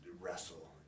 wrestle